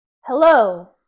Hello